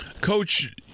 Coach